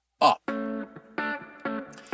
up